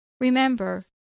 Remember